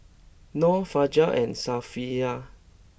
Nor Fajar and Safiya